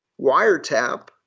wiretap